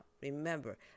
remember